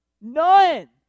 None